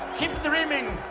keep dreaming!